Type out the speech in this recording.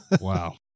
wow